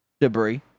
debris